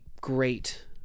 great